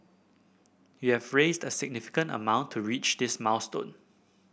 we have raised a significant amount to reach this milestone